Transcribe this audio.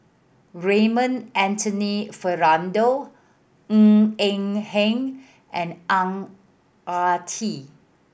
Raymond Anthony Fernando Ng Eng Hen and Ang Ah Tee